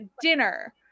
dinner